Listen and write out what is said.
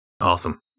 Awesome